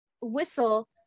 whistle